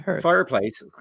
fireplace